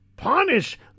punish